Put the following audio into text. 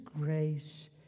grace